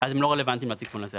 אז הם לא רלוונטיים לתיקון הזה.